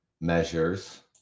measures